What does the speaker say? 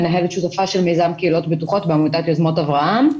אני מנהלת שותפה של מיזם קהילות בטוחות בעמותת יוזמות אברהם.